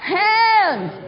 hands